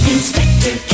Inspector